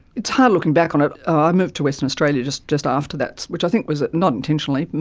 it's hard looking back on it. i moved to western australia just just after that, which i think was, not intentionally,